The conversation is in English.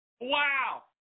Wow